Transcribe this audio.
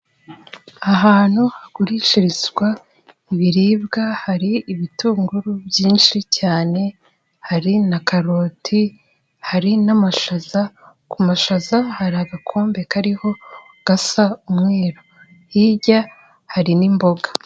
Ahantu hagurishirizwa ibiribwa, hari ibitunguru byinshi cyane, hari na karoti, hari n'amashaza, ku mashaza hari agakombe kariho gasa umweru, hirya hari n'imboga.